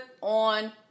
on